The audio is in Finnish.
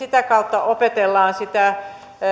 ja sitä kautta opetellaan sitä